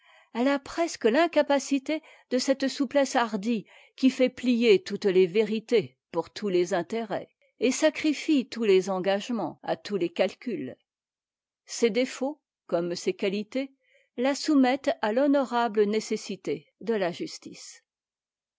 elle a presque l'incapacité de cette souplesse hardie qui fait plier toutes les vérités pour tous les intérêts et sacrifie tous les engagements à tous les catcuts ses défauts comme ses qualités la soumettent à fhonorable nécessité de la justice